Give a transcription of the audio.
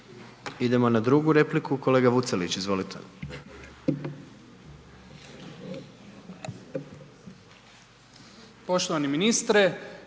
Idemo na drugu repliku, kolega Vucelić, izvolite.